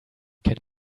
can